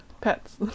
pets